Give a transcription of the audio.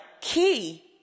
key